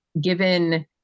given